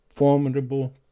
formidable